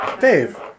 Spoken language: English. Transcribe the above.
Dave